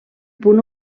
punt